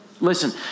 Listen